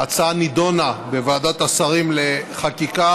ההצעה נדונה בוועדת השרים לחקיקה,